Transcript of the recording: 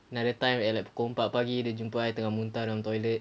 another time at the pukul empat pagi dia jumpa aku tengah muntah dalam toilet